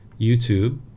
YouTube